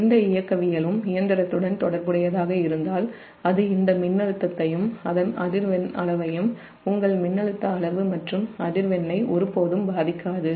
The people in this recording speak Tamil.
எந்த இயக்கவியலும் இயந்திரத்துடன் தொடர்புடையதாக இருந்தால் அது இந்த மின்னழுத்தத்தையும் அதன் அதிர்வெண் அளவையும் உங்கள் மின்னழுத்த அளவு மற்றும் அதிர்வெண்ணை ஒருபோதும் பாதிக்காது